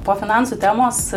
po finansų temos